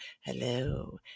hello